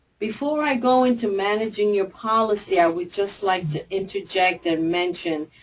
before i go into managing your policy, i would just like to interject and mention,